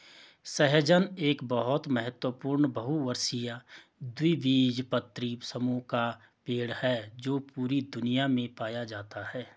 सहजन एक बहुत महत्वपूर्ण बहुवर्षीय द्विबीजपत्री समूह का पेड़ है जो पूरी दुनिया में पाया जाता है